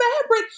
fabric